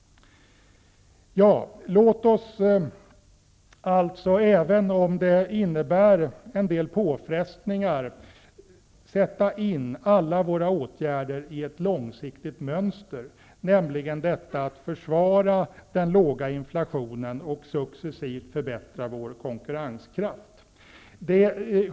Låt oss alltså, även om det innebär en del påfrestningar, sätta in alla våra åtgärder i ett långsiktigt mönster, nämligen att försvara den låga inflationen och successivt förbättra vår konkurrenskraft.